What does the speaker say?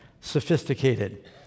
sophisticated